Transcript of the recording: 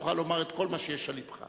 תוכל לומר את כל מה שיש על לבך.